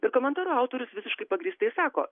ir komentaro autorius visiškai pagrįstai sako